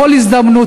בכל הזדמנות,